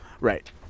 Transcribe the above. Right